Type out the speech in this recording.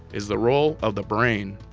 is the role of the brain.